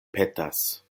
petas